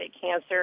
cancer